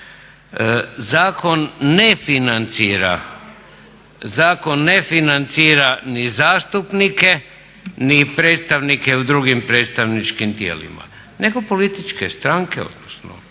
Zakon ne financira ni zastupnike ni predstavnike u drugim predstavničkim tijelima nego političke strane odnosno